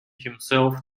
himself